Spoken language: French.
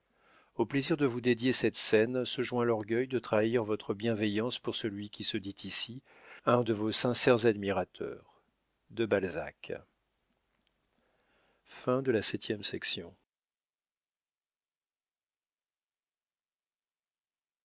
au plaisir de vous dédier cette scène se joint l'orgueil de trahir votre bienveillance pour celui qui se dit ici un de vos sincères admirateurs de balzac